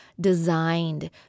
designed